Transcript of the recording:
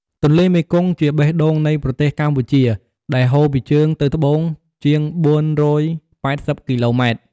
ទន្លេមេគង្គជាបេះដូងនៃប្រទេសកម្ពុជា ដែលហូរពីជើងទៅត្បូងជាង ៤៨០ គីឡូម៉ែត្រ។